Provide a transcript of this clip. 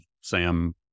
Sam